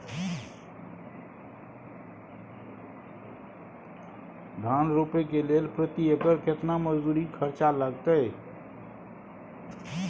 धान रोपय के लेल प्रति एकर केतना मजदूरी खर्चा लागतेय?